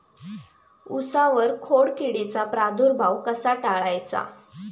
उसावर खोडकिडीचा प्रादुर्भाव कसा टाळायचा?